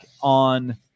on